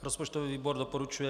Rozpočtový výbor doporučuje